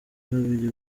babiri